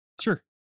Sure